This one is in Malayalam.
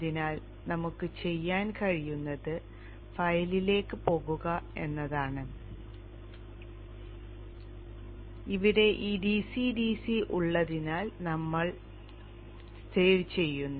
അതിനാൽ നമുക്ക് ചെയ്യാൻ കഴിയുന്നത് ഫയലിലേക്ക് പോകുക എന്നതാണ് ഇവിടെ ഈ ഡിസി ഡിസി ഉള്ളതിനാൽ നമ്മൾ ഒരു സേവ് ചെയ്യുന്നു